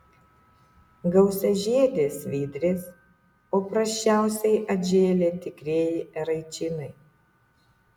gausiažiedės svidrės o prasčiausiai atžėlė tikrieji eraičinai